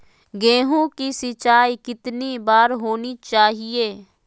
गेहु की सिंचाई कितनी बार होनी चाहिए?